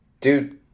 Dude